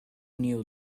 knew